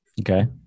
okay